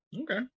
Okay